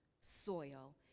soil